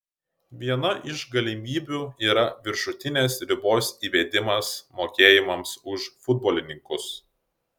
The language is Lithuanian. viena iš galimybių yra viršutinės ribos įvedimas mokėjimams už futbolininkus